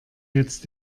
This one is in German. jetzt